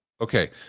Okay